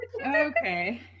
okay